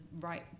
right